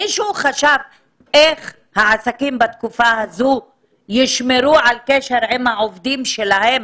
מישהו חשב איך העסקים בתקופה הזאת ישמרו על קשר עם העובדים שלהם